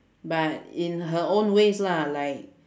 but in her own ways lah like